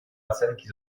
оценке